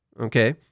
okay